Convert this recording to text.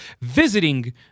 visiting